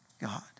God